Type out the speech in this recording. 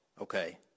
okay